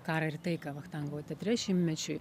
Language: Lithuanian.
karą ir taiką vachtangovo teatre šimtmečiui